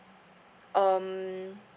um